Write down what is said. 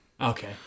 Okay